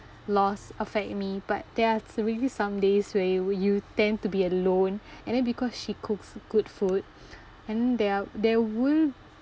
loss affect me but there are really some days where you you tend to be alone and then because she cooks good food and they are there will